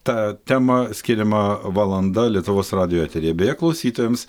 ta tema skiriama valanda lietuvos radijo eteryje beje klausytojams